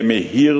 ,